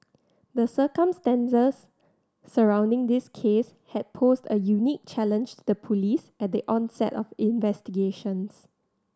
the circumstances surrounding this case had posed a unique challenge to the police at the onset of investigations